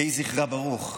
יהיה זכרה ברוך.